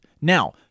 Now